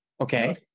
Okay